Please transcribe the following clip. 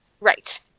Right